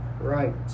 right